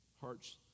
hearts